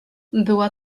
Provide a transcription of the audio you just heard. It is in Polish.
była